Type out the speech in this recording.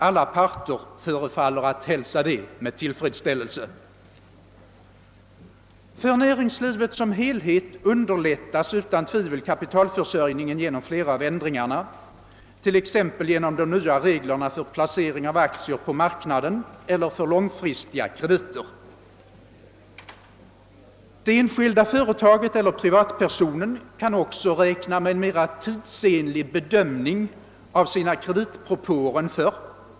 Alla parter förefaller att hälsa det med tillfredsställelse. För näringslivet som helhet underlättas utan tvivel kapitalförsörjningen genom flera av ändringarna, t.ex. genom de nya reglerna för placering av aktier på marknaden eller för långfristiga krediter. Det enskilda företaget eller privatpersonen kan också räkna med mera tidsenlig bedömning av sina kreditpropåer än förr.